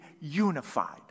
unified